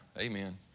amen